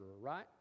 right